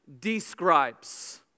describes